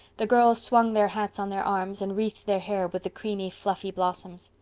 the girls swung their hats on their arms and wreathed their hair with the creamy, fluffy blossoms.